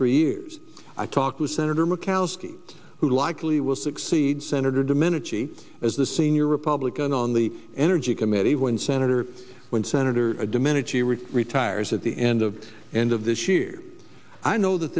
three years i talked with senator murkowski who likely will succeed senator domenici as the senior republican on the energy committee when senator when senator domenici rick retires at the end of end of this year i know that